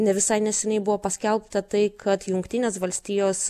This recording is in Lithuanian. ne visai neseniai buvo paskelbta tai kad jungtinės valstijos